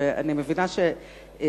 ואני מבינה שהשתמשת,